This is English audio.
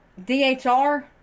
DHR